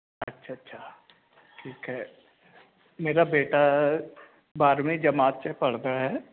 ਅੱਛਾ ਅੱਛਾ ਠੀਕ ਐ ਮੇਰਾ ਬੇਟਾ ਬਾਰਵੀਂ ਜਮਾਤ ਚ ਪੜਦਾ ਐ